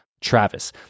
Travis